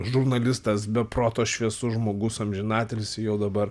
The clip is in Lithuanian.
žurnalistas be proto šviesus žmogus amžinatilsį jau dabar